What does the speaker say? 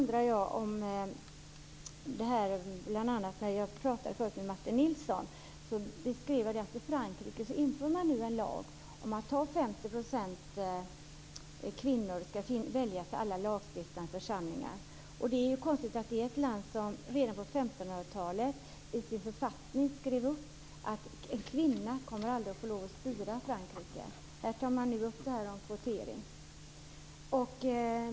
När jag tidigare talade med Martin Nilsson beskrev han att man i Frankrike nu inför en lag om att 50 % ska vara kvinnor av de som väljs till alla lagstiftande församlingar. Det är konstigt att ett land som redan på 1500-talet i sin författning skrev in att en kvinna aldrig skulle få lov att styra Frankrike nu tar upp detta med kvotering.